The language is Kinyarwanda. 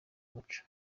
umuco